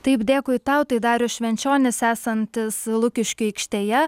taip dėkui tau tai darius švenčionis esantis lukiškių aikštėje